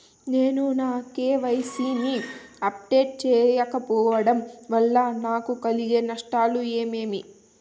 నేను నా కె.వై.సి ని అప్డేట్ సేయకపోవడం వల్ల నాకు కలిగే నష్టాలు ఏమేమీ?